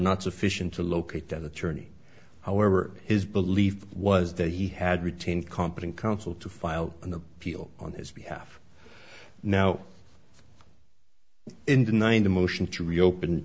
not sufficient to locate that attorney however his belief was that he had retained competent counsel to file an appeal on his behalf now in denying the motion to reopen